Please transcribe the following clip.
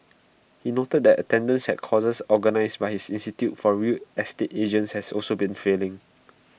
he noted that attendance at courses organised by his institute for real estate agents has also been filling